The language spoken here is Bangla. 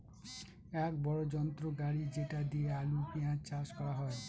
এক বড়ো যন্ত্র গাড়ি যেটা দিয়ে আলু, পেঁয়াজ চাষ করা হয়